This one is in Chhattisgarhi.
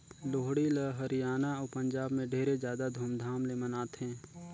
लोहड़ी ल हरियाना अउ पंजाब में ढेरे जादा धूमधाम ले मनाथें